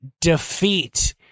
defeat